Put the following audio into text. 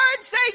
say